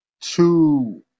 two